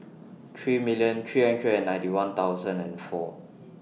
three million three hundred and ninety one thousand and four